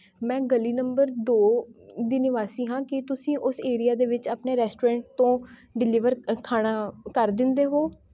ਮੈਂ ਗਲੀ ਨੰਬਰ ਦੋ ਦੀ ਨਿਵਾਸੀ ਹਾਂ ਕੀ ਤੁਸੀਂ ਉਸ ਏਰੀਆ ਦੇ ਵਿੱਚ ਆਪਣੇ ਰੈਸਟੋਰੈਂਟ ਤੋਂ ਡਿਲੀਵਰ ਅ ਖਾਣਾ ਕਰ ਦਿੰਦੇ ਹੋ